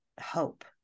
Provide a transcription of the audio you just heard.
hope